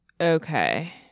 Okay